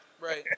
Right